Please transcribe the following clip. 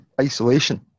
isolation